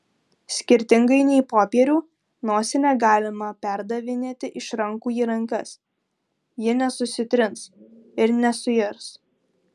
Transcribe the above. skirtingai nei popierių nosinę galima perdavinėti iš rankų į rankas ji nesusitrins ir nesuirs